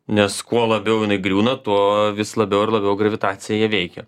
nes kuo labiau jinai griūna tuo vis labiau ir labiau gravitacija ją veikia